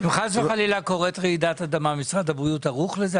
אם חס וחלילה קורית רעידת אדמה משרד הבריאות ערוך לזה?